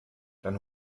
dann